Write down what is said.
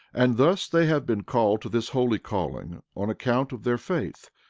and thus they have been called to this holy calling on account of their faith,